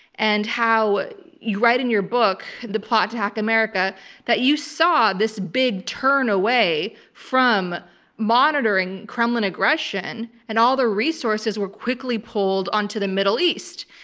and how you write in your book the plot hack america that you saw this big turn away from monitoring kremlin aggression, and all the resources were quickly pulled onto the middle east.